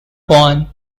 born